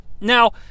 now